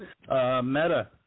Meta